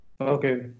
Okay